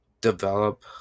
develop